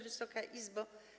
Wysoka Izbo!